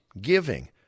giving